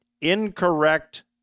Incorrect